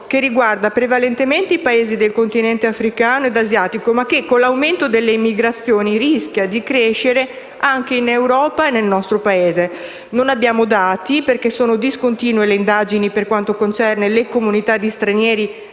che riguarda prevalentemente i Paesi del Continente africano ed asiatico, ma che con l'aumento delle immigrazioni rischia di crescere anche in Europa e nel nostro Paese. Non abbiamo dati perché le indagini per quanto concerne le comunità di stranieri